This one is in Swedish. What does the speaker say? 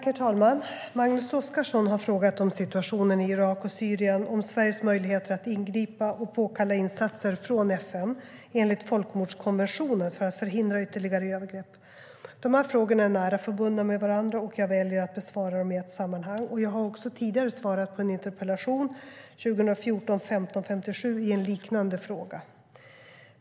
Herr talman! Magnus Oscarsson har frågat om situationen i Irak och Syrien och om Sveriges möjligheter att ingripa och påkalla insatser från Förenta nationerna enligt folkmordskonventionen för att förhindra ytterligare övergrepp. Frågorna är nära förbundna med varandra, och jag väljer därför att besvara dem i ett sammanhang. Jag har också tidigare svarat på interpellation 2014/15:57 i en liknande fråga.